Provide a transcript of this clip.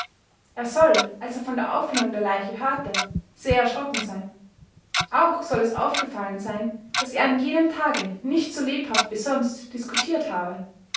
er soll als er von der auffindung der leiche hörte sehr erschrocken sein auch soll es aufgefallen sein daß er an jenem tage nicht so lebhaft wie sonst diskutiert habe